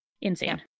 insane